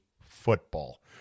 football